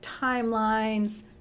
timelines